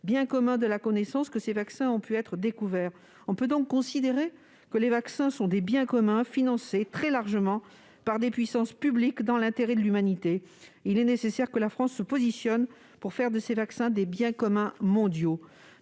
bien commun de la connaissance, que ces vaccins ont pu être découverts. On peut donc considérer que les vaccins sont des biens communs financés très largement par des puissances publiques dans l'intérêt de l'humanité. Il est nécessaire que la France se positionne pour faire de ces vaccins des biens communs mondiaux.